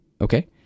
Okay